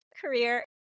career